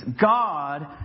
God